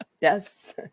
Yes